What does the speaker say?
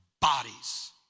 bodies